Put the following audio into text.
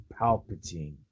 Palpatine